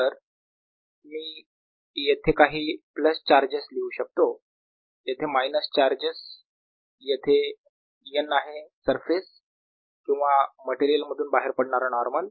तर मी येथे काही प्लस चार्जेस लिहू शकतो येथे मायनस चार्जेस येथे n आहे सरफेस किंवा मटेरियल मधून बाहेर पडणारा नॉर्मल